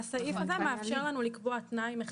נכון, אבל הסעיף הזה מאפשר לנו לקבוע תנאי מחייב.